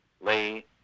lay